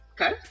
Okay